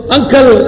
Uncle